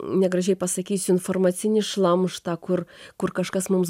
negražiai pasakysiu informacinį šlamštą kur kur kažkas mums